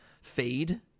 fade